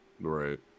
right